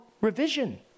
revision